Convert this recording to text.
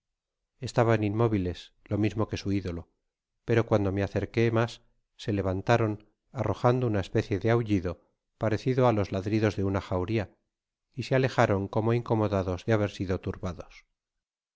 estaban inmóviles lo mismo que su idolo pero cuando me acerque mas se levantaron arrojando una especie de aullido parecido á los ladridos de una jauria y se alejaron como incomodados de haber smo turbado